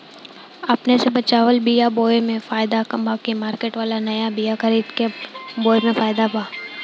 अपने से बचवाल बीया बोये मे फायदा बा की मार्केट वाला नया बीया खरीद के बोये मे फायदा बा?